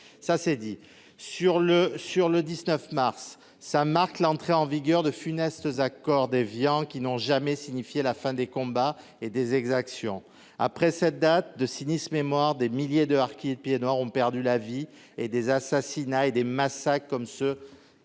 de la date du 19 mars, celle-ci marque l'entrée en vigueur de funestes accords d'Évian, qui n'ont jamais signifié la fin des combats et des exactions. Après cette date, de sinistre mémoire, des milliers de harkis et de pieds-noirs ont perdu la vie dans des assassinats et des massacres, comme ceux